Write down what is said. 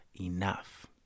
Enough